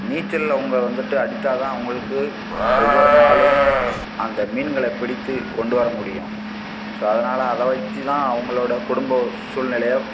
நீச்சல் அவங்க வந்துட்டு அடித்தால் தான் அவங்களுக்கு ஒவ்வொரு நாளும் அந்த மீன்களைப் பிடித்துக் கொண்டு வர முடியும் ஸோ அதனால் அதை வெச்சு தான் அவங்களோட குடும்ப சூழ்நிலைய